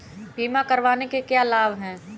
बीमा करवाने के क्या क्या लाभ हैं?